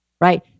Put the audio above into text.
right